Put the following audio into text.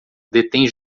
detém